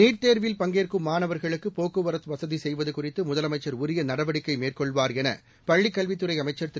NEET தேர்வில் பங்கேற்கும் மாணவர்களுக்கு போக்குவரத்து வசதி செய்வது குறித்து முதலமைச்சர் உரிய நடவடிக்கை மேற்கொள்வார் என பள்ளிக் கல்வித்துறை அமைச்சர் திரு